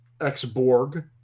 ex-Borg